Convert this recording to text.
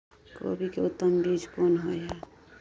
कोबी के उत्तम बीज कोन होय है?